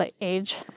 age